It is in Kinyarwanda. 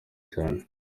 cyane